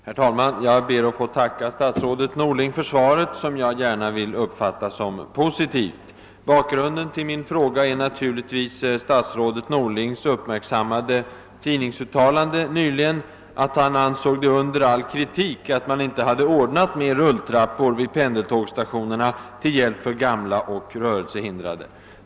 Herr talman! Jag ber att få tacka statsrådet Norling för svaret, som jag gärna vill uppfatta som positivt. Bakgrunden till min fråga är naturligtvis statsrådet Norlings uppmärksammade tidningsuttalande nyligen, att han ansåg det under all kritik att man inte vid pendeltågsstationerna hade ordnat med rulltrappor till hjälp för gamla och rörelsehindrade.